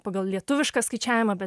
pagal lietuvišką skaičiavimą bet